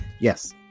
Yes